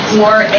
more